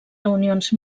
reunions